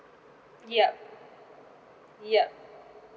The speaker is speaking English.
yup yup